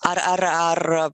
ar ar ar